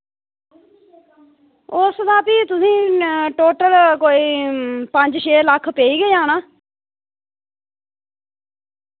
उस दा फ्ही तुसें टोटल कोई पंज छे लक्ख पेई गै जाना